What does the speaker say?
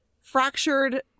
fractured